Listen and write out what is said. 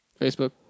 Facebook